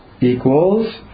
equals